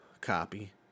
copy